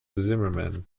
zimmermann